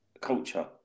culture